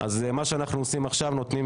מה שאנחנו עושים עכשיו זה נותנים